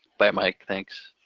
bye mike, thanks.